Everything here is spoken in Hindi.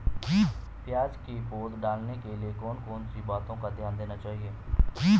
प्याज़ की पौध डालने के लिए कौन कौन सी बातों का ध्यान देना चाहिए?